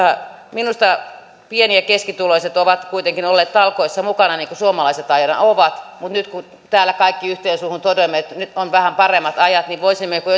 minusta pieni ja keskituloiset ovat kuitenkin olleet talkoissa mukana niin kuin suomalaiset aina ovat mutta nyt kun täällä kaikki yhteen suuhun toteamme että nyt on vähän paremmat ajat niin voisimmeko